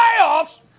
Playoffs